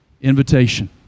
invitation